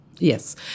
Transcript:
Yes